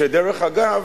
שדרך אגב,